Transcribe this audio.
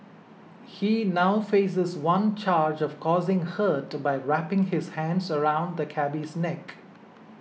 he now faces one charge of causing hurt by wrapping his hands around the cabby's neck